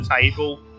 table